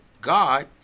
God